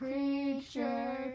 Creature